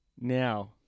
Now